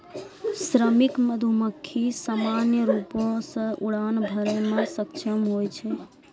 श्रमिक मधुमक्खी सामान्य रूपो सें उड़ान भरै म सक्षम होय छै